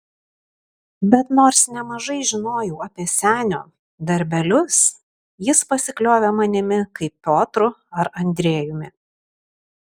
bet nors nemažai žinojau apie senio darbelius jis pasikliovė manimi kaip piotru ar andrejumi